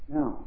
Now